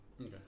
okay